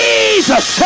Jesus